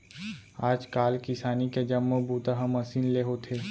आज काल किसानी के जम्मो बूता ह मसीन ले होथे